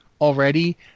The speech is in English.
already